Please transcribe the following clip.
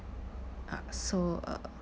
ah so uh